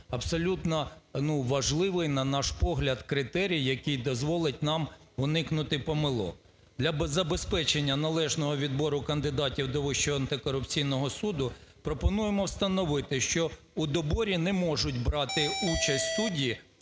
абсолютно, ну, важливий, на наш погляд, критерій, який дозволить нам уникнути помилок. Для забезпечення належного відбору кандидатів до Вищого антикорупційного суду пропонуємо встановити, що у доборі не можуть брати участь судді,